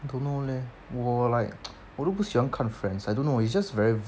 don't know leh 我 like 我都不喜欢看 friends I don't know it's just very